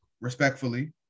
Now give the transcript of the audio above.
respectfully